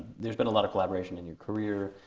there's been a lot of collaboration in your career.